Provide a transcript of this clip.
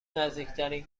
نزدیکترین